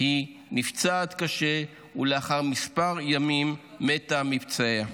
היא נפצעת קשה, ולאחר כמה ימים היא מתה מפצעיה.